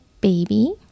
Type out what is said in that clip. baby